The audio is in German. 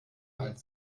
alt